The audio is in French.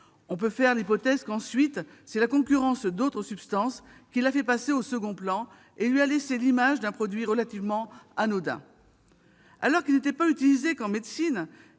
On peut faire l'hypothèse qu'ensuite c'est la concurrence d'autres substances qui l'a fait passer au second plan et lui a laissé l'image d'un produit relativement anodin. Alors que ce produit n'était plus utilisé qu'en médecine